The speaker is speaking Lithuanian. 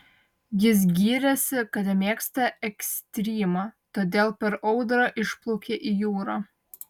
jis gyrėsi kad mėgsta ekstrymą todėl per audrą išplaukė į jūrą